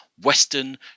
western